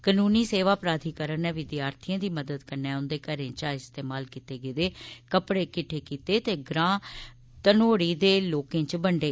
कनूनी सेवा प्राधिकरण नै विद्यार्थिएं दी मदद कन्नै उंदे घरें चा इस्तेमाल कीते गेदे कपड़े किट्ठे कीते ते ग्रां घनोड़ी दे लोकें च बंडे